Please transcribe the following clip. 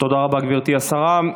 תודה רבה, גברתי השרה.